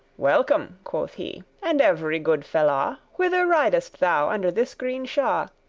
welcome, quoth he, and every good fellaw whither ridest thou under this green shaw?